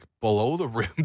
below-the-rim